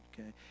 Okay